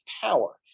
power